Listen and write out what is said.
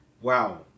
wow